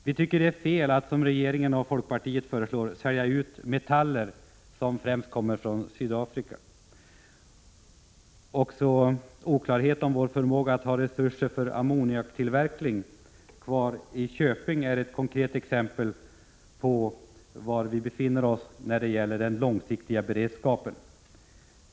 Vi tycker att det är fel att, som regeringen och folkpartiet föreslår, sälja ut metaller som främst kommer från Sydafrika. Också oklarhet om vår förmåga att ha resurser för ammoniaktillverkning kvar i Köping är ett konkret exempel på var vi befinner oss när det gäller den långsiktiga beredskapen.